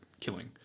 killing